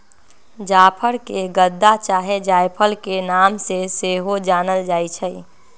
जाफर के गदा चाहे जायफल के नाम से सेहो जानल जाइ छइ